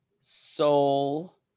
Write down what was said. soul